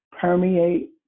permeate